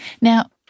Now